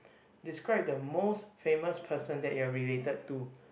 describe the most famous person that you are related to